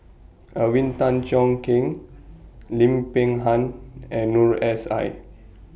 Alvin Tan Cheong Kheng Lim Peng Han and Noor S I